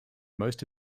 most